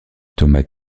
thomas